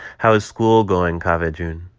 how is school going, kaveh-joon?